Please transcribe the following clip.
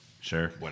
Sure